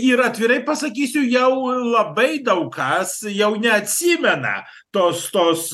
ir atvirai pasakysiu jau labai daug kas jau neatsimena tos tos